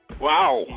Wow